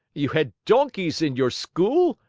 you had donkeys in your school?